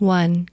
one